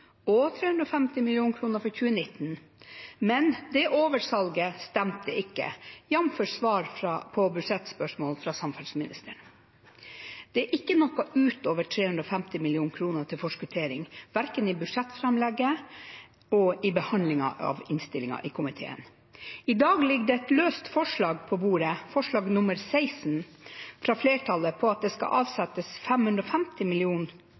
og 350 mill. kr for 2019. Men det oversalget stemte ikke, jf. samferdselsministerens svar på budsjettspørsmål. Det er ikke noe utover 350 mill. kr til forskuttering verken i budsjettframlegget eller i behandlingen av innstillingen i komiteen. I dag ligger det et løst forslag på bordet fra flertallet, forslag nr. 16, om at det skal avsettes 550